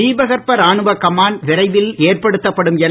தீபகற்ப ராணுவ கமாண்ட் விரைவில் ஏற்படுத்தப்படும் என